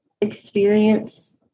experience